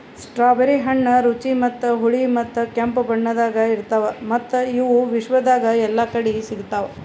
strawberry ಹಣ್ಣ ರುಚಿ ಮತ್ತ ಹುಳಿ ಮತ್ತ ಕೆಂಪು ಬಣ್ಣದಾಗ್ ಇರ್ತಾವ್ ಮತ್ತ ಇವು ವಿಶ್ವದಾಗ್ ಎಲ್ಲಾ ಕಡಿ ಸಿಗ್ತಾವ್